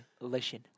Listen